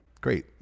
great